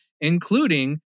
including